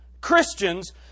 Christians